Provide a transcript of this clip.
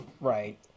Right